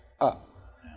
up